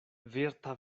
virta